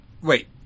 Wait